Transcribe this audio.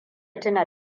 tuna